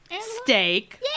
steak